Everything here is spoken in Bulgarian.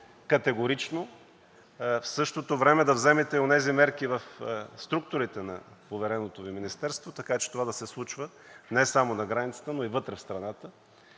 категорично, а в същото време да вземете онези мерки в структурите на повереното Ви министерство, така че това да се случва не само на границата, а и вътре в страната,